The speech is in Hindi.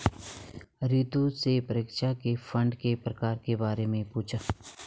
रितु से परीक्षा में फंड के प्रकार के बारे में पूछा